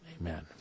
Amen